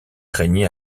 régnait